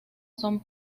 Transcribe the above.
son